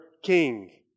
king